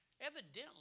Evidently